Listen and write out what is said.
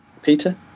Peter